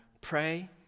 pray